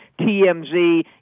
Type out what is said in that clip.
TMZ